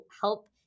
help